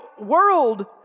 world